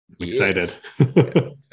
Excited